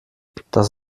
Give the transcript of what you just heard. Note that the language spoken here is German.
das